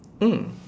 mm